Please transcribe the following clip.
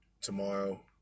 tomorrow